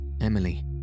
Emily